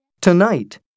Tonight